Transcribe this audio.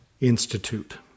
Institute